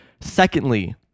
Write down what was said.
Secondly